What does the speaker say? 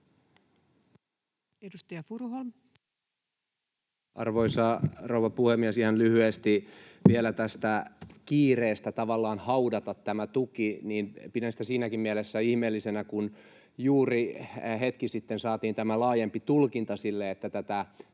18:05 Content: Arvoisa rouva puhemies! Ihan lyhyesti vielä tästä kiireestä tavallaan haudata tämä tuki: Pidän sitä siinäkin mielessä ihmeellisenä, kun juuri hetki sitten saatiin tämä laajempi tulkinta sille, että tätä